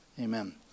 Amen